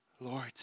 Lord